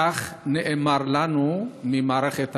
כך נאמר לנו ממערכת החינוך.